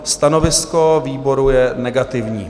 Stanovisko výboru je negativní.